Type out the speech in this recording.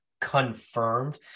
confirmed